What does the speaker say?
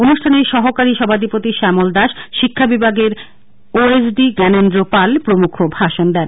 অনুষ্ঠানে সহকারী সভাধিপতি শ্যামল দাস শিক্ষা বিভাগের ও এস ডি জ্ঞানেন্দ্র পাল প্রমুখ ভাষণ দেন